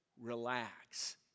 relax